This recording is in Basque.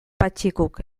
patxikuk